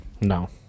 No